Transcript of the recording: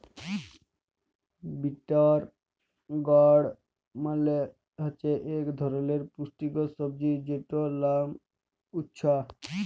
bitter গাড় মালে হছে ইক ধরলের পুষ্টিকর সবজি যেটর লাম উছ্যা